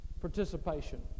Participation